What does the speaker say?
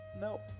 Nope